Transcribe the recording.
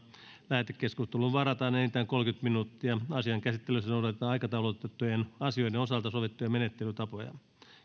lähetekeskusteluun varataan enintään kolmekymmentä minuuttia asian käsittelyssä noudatetaan aikataulutettujen asioiden osalta sovittuja menettelytapoja